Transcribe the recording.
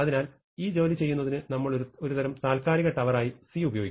അതിനാൽ ഈ ജോലി ചെയ്യുന്നതിന് നമ്മൾ ഒരു തരം താൽക്കാലിക ടവർ ആയി C ഉപയോഗിക്കണം